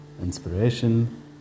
inspiration